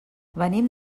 venim